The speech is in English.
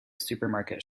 supermarket